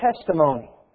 testimony